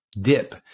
Dip